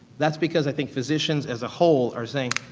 that's because i think physicians as a whole are saying,